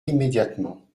immédiatement